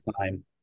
time